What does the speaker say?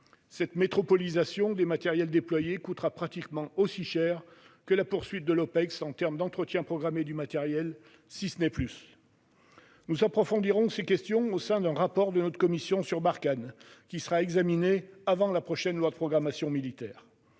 Cette métropolisation des matériels déployés coûtera pratiquement aussi cher que la poursuite de l'Opex en termes d'EPM, si ce n'est plus. Nous approfondirons ces questions au sein d'un rapport de notre commission sur Barkhane, qui sera examiné avant la prochaine LPM. Mais j'en